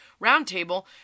roundtable